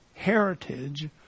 Heritage